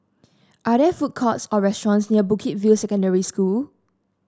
are there food courts or restaurants near Bukit View Secondary School